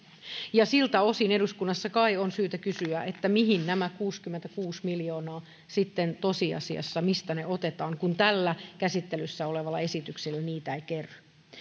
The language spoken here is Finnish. siltä osin eduskunnassa kai on syytä kysyä mistä nämä kuusikymmentäkuusi miljoonaa sitten tosiasiassa otetaan kun tällä käsittelyssä olevalla esityksellä niitä ei kerry